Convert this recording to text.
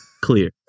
clear